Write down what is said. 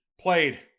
played